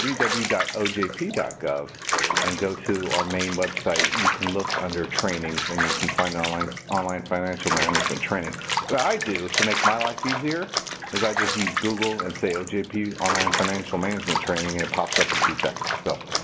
www ojp gov and go to our main website, you can look under trainings and you can find online online financial management training. what i do to make my life easier is i just use google and say ojp online financial management training, and it pops up in two seconds. so,